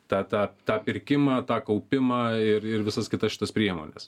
tą tą tą pirkimą tą kaupimą ir ir visas kitas šitas priemones